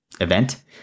event